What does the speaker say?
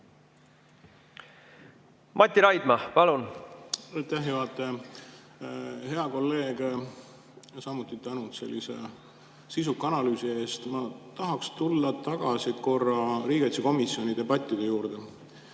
Mati Raidma, palun!